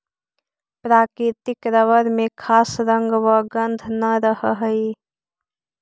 प्राकृतिक रबर में खास रंग व गन्ध न रहऽ हइ